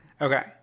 Okay